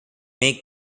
make